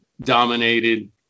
dominated